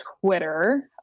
Twitter